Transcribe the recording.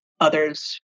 others